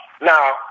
Now